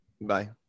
Bye